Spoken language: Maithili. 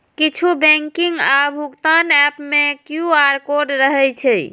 किछु बैंकिंग आ भुगतान एप मे क्यू.आर कोड रहै छै